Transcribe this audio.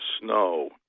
snow